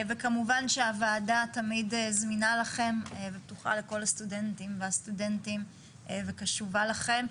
כמובן שהוועדה תמיד זמינה לכם ופתוחה לכל הסטודנטים וקשובה לכם,